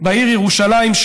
בעיר ירושלים,